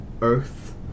Earth